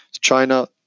China